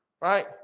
right